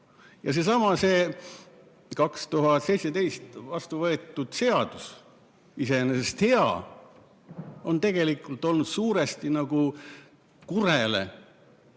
Ja seesama 2017 vastu võetud seadus – iseenesest hea – on tegelikult olnud suuresti n‑ö kurele